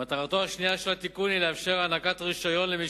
מטרתו השנייה של התיקון היא לאפשר הענקת רשיון למי